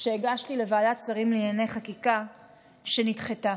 שהגשתי לוועדת שרים לענייני חקיקה שנדחתה,